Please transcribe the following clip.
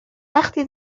وقتی